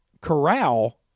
Corral